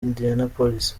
indianapolis